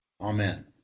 Amen